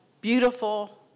beautiful